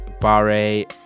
barre